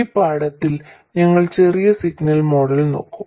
ഈ പാഠത്തിൽ ഞങ്ങൾ ചെറിയ സിഗ്നൽ മോഡൽ നോക്കും